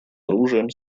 оружием